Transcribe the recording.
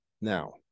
now